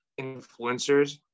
influencers